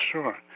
Sure